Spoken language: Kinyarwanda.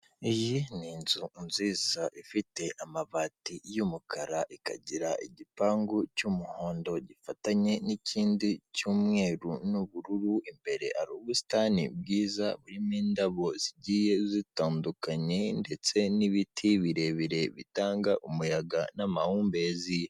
Iyi ni inzu nziza ifite amabati y'umukara, ikagira igipangu cy'umuhondo gifatanye n'ikindi cy'umweru, n'ubururu imbere hari ubusitani bwiza burimo indabo zigiye zitandukanye, ndetse n'ibiti birebire bitanga umuyaga n'amahumbezi.